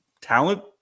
talent